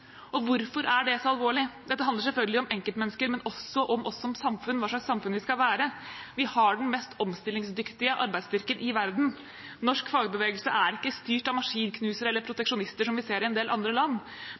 dem. Hvorfor er det så alvorlig? Dette handler selvfølgelig om enkeltmennesker, men også om oss som samfunn og hva slags samfunn vi skal være. Vi har den mest omstillingsdyktige arbeidsstyrken i verden. Norsk fagbevegelse er ikke styrt av maskinknusere eller